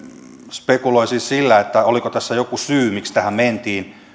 spekuloi sillä oliko tässä joku syy miksi tähän mentiin